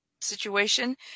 situation